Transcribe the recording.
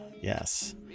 yes